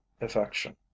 affection